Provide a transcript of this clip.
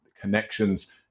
connections